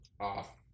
Off